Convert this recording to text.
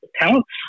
talents